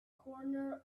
corner